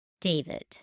David